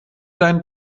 deinen